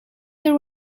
there